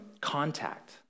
contact